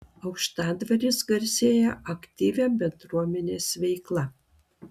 aukštadvaris garsėja aktyvia bendruomenės veikla